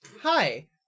Hi